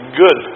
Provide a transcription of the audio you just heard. good